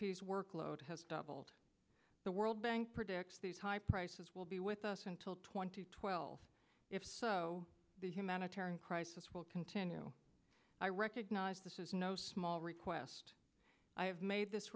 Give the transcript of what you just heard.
orkload has doubled the world bank predicts these high prices will be with us until twenty twelve if so the humanitarian crisis will continue i recognize this is no small request i have made this